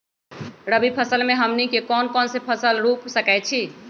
रबी फसल में हमनी के कौन कौन से फसल रूप सकैछि?